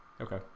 okay